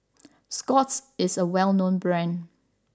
Scott's is a well known brand